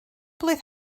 blwydd